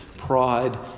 pride